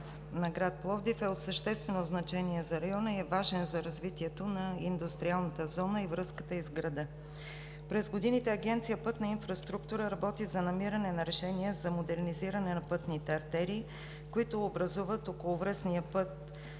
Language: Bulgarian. „Пътна инфраструктура“ работи за намиране на решения за модернизиране на пътните артерии, които образуват околовръстния път